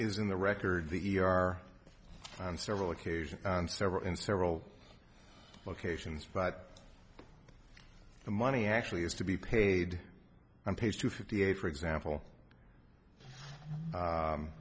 is in the record the e r on several occasions and several in several locations but the money actually has to be paid on page two fifty eight for example